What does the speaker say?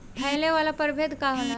फैले वाला प्रभेद का होला?